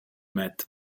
met